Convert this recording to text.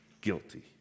guilty